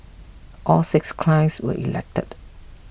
all six clients were elected